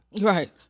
Right